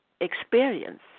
experience